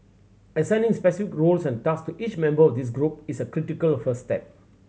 assigning specific roles and task each member of this group is a critical first step